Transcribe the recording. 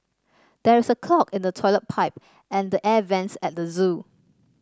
there is a clog in the toilet pipe and the air vents at the zoo